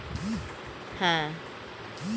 ভেড়া থেকে অনেক রকমের জিনিস পাই যেমন উল, মাংস ইত্যাদি